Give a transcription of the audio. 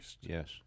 Yes